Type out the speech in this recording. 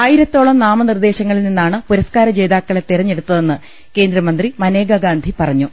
ആയിരത്തോളം നാമ നിർദേശങ്ങളിൽ നിന്നാണ് പുരസ്കാര ജേതാക്കളെ തെരഞ്ഞെടുത്തതെന്ന് കേന്ദ്രമന്ത്രി മനേകാ ഗാന്ധി പറഞ്ഞു